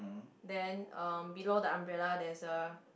then uh below the umbrella there's a